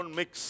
mix